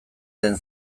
den